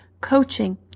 coaching